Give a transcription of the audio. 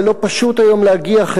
זה לא פשוט היום להגיע,